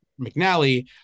mcnally